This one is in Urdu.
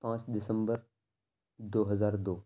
پانچ دسمبر دو ہزار دو